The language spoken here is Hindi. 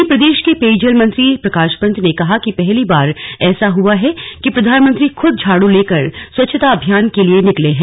वहीं प्रदेश के पेयजल मंत्री प्रकाश पंत ने कहा कि पहली बार ऐसा हुआ है कि प्रधानमंत्री खुद झाड़ू लेकर स्वच्छता अभियान के लिए निकले हैं